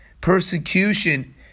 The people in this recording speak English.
persecution